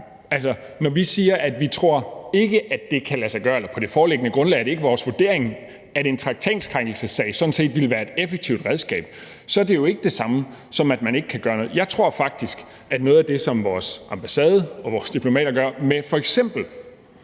det. Når vi siger, at vi ikke tror, at det kan lade sig gøre – eller på det foreliggende grundlag er det ikke vores vurdering, at en traktatkrænkelsessag sådan set ville være et effektivt redskab – er det jo ikke det samme, som at man ikke kan gøre noget. Jeg tror faktisk, at noget af det, som vores ambassade og vores diplomater gør ved f.eks.